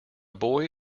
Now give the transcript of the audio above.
boy